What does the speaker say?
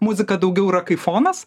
muzika daugiau ya kai fonas